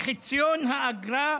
מחציון האגרה,